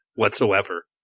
whatsoever